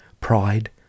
pride